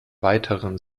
weiteren